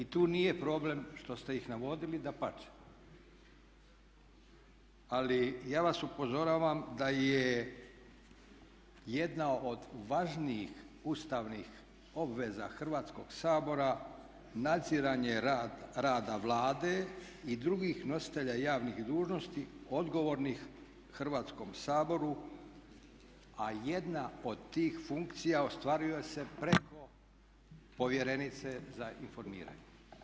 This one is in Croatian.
I tu nije problem što ste ih navodili, dapače ali ja vas upozoravam da je jedna do važnijih ustavnih obveza Hrvatskoga sabora nadziranje rada Vlade i drugih nositelja javnih dužnosti odgovornih Hrvatskom saboru a jedna od tih funkcija ostvariva se preko povjerenice za informiranje.